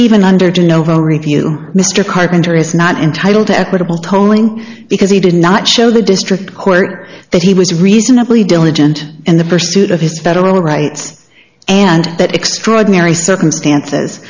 even under the novo review mr carpenter is not entitled to equitable tolling because he did not show the district court that he was reasonably diligent in the pursuit of his federal rights and that extraordinary circumstances